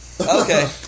Okay